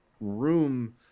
Room